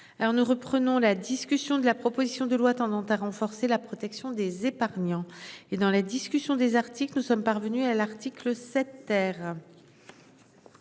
nous reprenons la discussion de la proposition de loi tendant à renforcer la protection des épargnants et dans la discussion des articles que nous sommes parvenus à l'article.